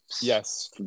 yes